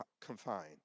confined